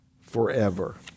forever